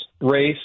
race